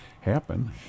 happen